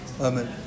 Amen